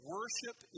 Worship